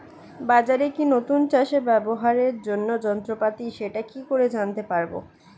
বাজারে কি নতুন চাষে ব্যবহারের জন্য যন্ত্রপাতি সেটা কি করে জানতে পারব?